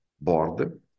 board